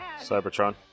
Cybertron